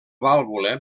vàlvula